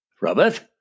Robert